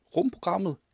Rumprogrammet